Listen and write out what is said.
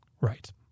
Right